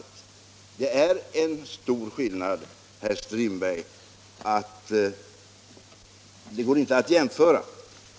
Det var en så stor skillnad mellan dessa båda fall, herr Strindberg, att de inte går att jämföra.